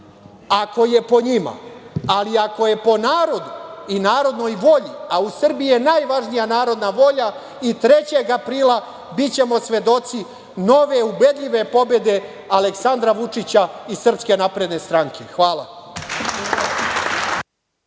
ako je po njima. Ali, ako je po narodu i narodnoj volji, a u Srbiji je najvažnija narodna volja, i 3. aprila bićemo svedoci nove ubedljive pobede Aleksandra Vučića i SNS. Hvala.